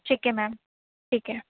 ٹھیک ہے میم ٹھیک ہے